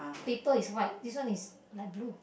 paper is white this one is light blue